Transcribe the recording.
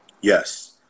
Yes